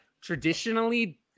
traditionally